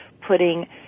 putting